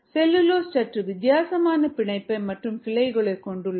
cellulose சற்று வித்தியாசமான பிணைப்பு மற்றும் கிளைகளை கொண்டுள்ளது